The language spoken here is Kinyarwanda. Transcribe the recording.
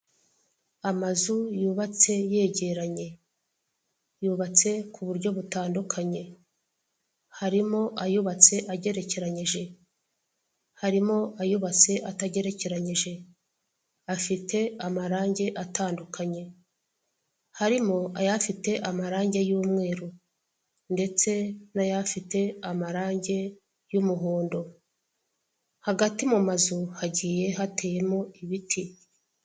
Amazu yubatse yegeranye. Yubatse ku buryo butadukanye. Harimo ayubatse agerekeranyije. Harimo ayubatse atagerekeranyije. Afite amarange atangukanye. Harimo ayafite amarange y'umweru, ndetse n'ayafite amarange y'umuhondo. Hagati mu mazu hagiye hateyemo ibiti.